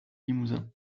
limousin